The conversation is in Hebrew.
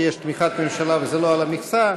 כי יש תמיכת ממשלה וזה לא על המכסה.